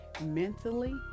mentally